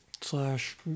slash